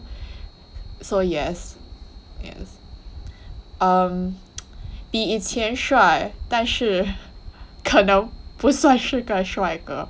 so yes yes um 比以前帅但是可能不算是个帅哥